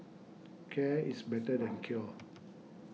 care is better than cure